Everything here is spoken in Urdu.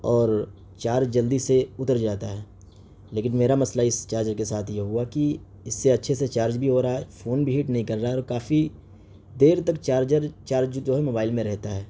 اور چارج جلدی سے اتر جاتا ہے لیکن میرا مسئلہ اس چارجر کے ساتھ یہ ہوا کہ اس سے اچّھے سے چارج بھی ہو رہا ہے فون بھی ہیٹ نہیں کر رہا ہے اور کافی دیر تک چارجر چارج جو ہے موبائل میں رہتا ہے